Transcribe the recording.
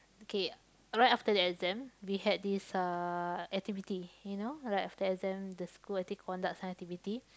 okay right after the exam we had this uh activity you know like after exam the school I think conduct some activity